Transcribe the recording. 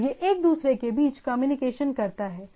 और यह एक दूसरे के बीच कम्युनिकेशन करता है